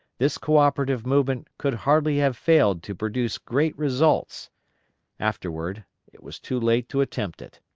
this co-operative movement could hardly have failed to produce great results afterward it was too late to attempt it.